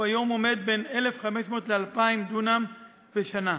היום הוא עומד בין 1,500 ל-2,000 דונם בשנה.